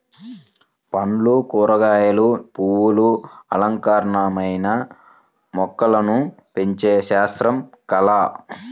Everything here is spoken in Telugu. పండ్లు, కూరగాయలు, పువ్వులు అలంకారమైన మొక్కలను పెంచే శాస్త్రం, కళ